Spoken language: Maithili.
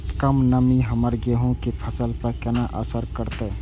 कम नमी हमर गेहूँ के फसल पर केना असर करतय?